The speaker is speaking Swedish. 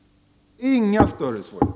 Det är inga större svårigheter.